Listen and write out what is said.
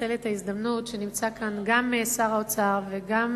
לנצל את ההזדמנות שנמצאים כאן גם שר האוצר וגם